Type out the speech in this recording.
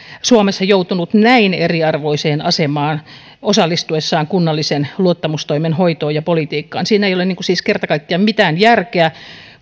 suomessa joutunut näin eriarvoiseen asemaan osallistuessaan kunnallisen luottamustoimen hoitoon ja politiikkaan siinä ei ole siis kerta kaikkiaan mitään järkeä